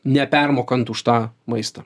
nepermokant už tą maistą